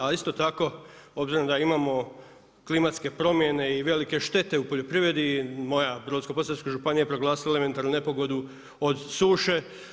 A isto tako, obzirom da imamo klimatske promjene i velike štete u poljoprivredi moja Brodsko-posavska županija proglasila je elementarnu nepogodu od suše.